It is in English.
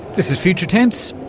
this is future tense,